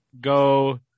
go